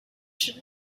should